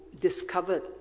discovered